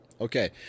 okay